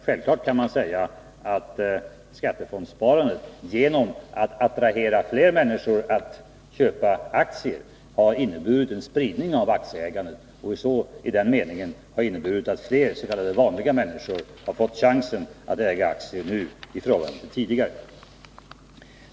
Självfallet kan man säga att skattefondssparandet genom att attrahera fler människor att köpa aktier har inneburit en spridning av aktieägandet. I den meningen har det inneburit att flera s.k. vanliga människor nu har fått chansen att äga aktier i förhållande till tidigare.